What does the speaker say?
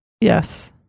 Yes